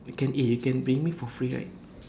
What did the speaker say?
can eh you can bring me for free right